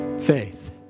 faith